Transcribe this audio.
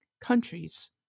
countries